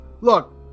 Look